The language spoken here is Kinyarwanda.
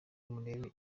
murebe